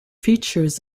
features